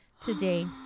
today